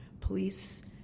police